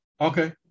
Okay